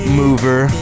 mover